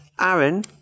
Aaron